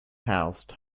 housed